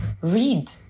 read